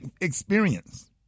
experience